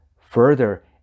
further